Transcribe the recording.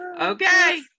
Okay